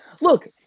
Look